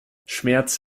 schmerz